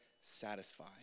satisfy